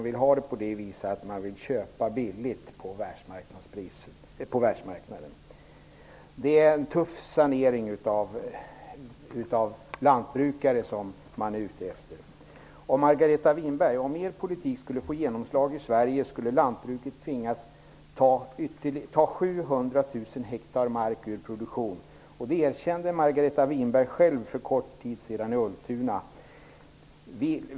I stället vill man kanske köpa billigt på världsmarknaden. Det är en tuff sanering bland lantbrukarna som man är ute efter. Om er politik skulle få genomslag i Sverige, Margareta Winberg, skulle lantbruket tvingas ta 700 000 hektar mark ur produktion. Det erkände Margareta Winberg själv för en kort tid sedan i Ultuna.